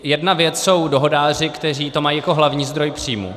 Jedna věc jsou dohodáři, kteří to mají jako hlavní zdroj příjmů.